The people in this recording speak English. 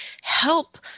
help